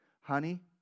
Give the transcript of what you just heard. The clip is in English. Honey